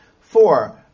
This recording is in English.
four